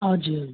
हजुर